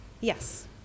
Yes